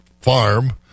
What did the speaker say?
farm